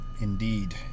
Indeed